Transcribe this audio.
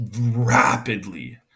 rapidly